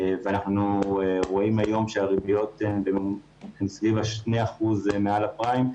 והיום רואים שהריביות הן סביב 2% מעל הפריים.